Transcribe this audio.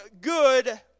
good